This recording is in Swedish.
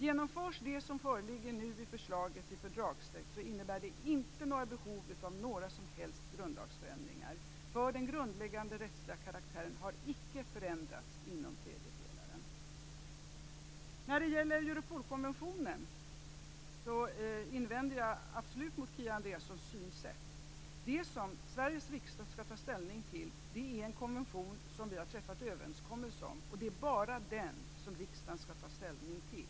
Genomförs det som nu föreligger i förslaget till fördragstext innebär det inte några behov av några som helst grundlagsändringar, för den grundläggande rättsliga karaktären har icke förändrats inom tredje pelaren. När det gäller Europolkonventionen invänder jag absolut mot Kia Andreassons synsätt. Det som Sveriges riksdag skall ta ställning till är en konvention som vi har träffat överenskommelse om, och det är bara den som riksdagen skall ta ställning till.